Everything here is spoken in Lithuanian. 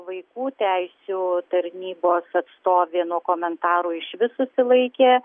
vaikų teisių tarnybos atstovė nuo komentarų išvis susilaikė